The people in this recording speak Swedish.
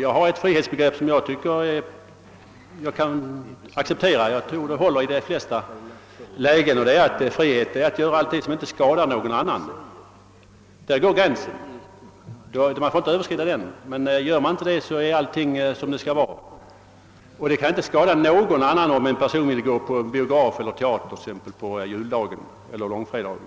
Jag har ett frihetsbegrepp som jag tror håller i de flesta lägen, nämligen att frihet är att göra allting som inte skadar någon annan. Där går gränsen, och man får inte överskrida den. Gör man inte det, så är allting som det skall vara. Det kan inte skada någon, om en person vill gå på biograf eller teater på juldagen eller långfredagen.